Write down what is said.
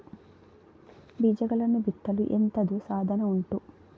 ಬೀಜಗಳನ್ನು ಬಿತ್ತಲು ಎಂತದು ಸಾಧನ ಉಂಟು?